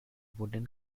wooden